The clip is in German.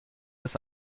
ist